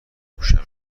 گوشمه